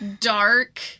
dark